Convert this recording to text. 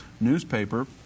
newspaper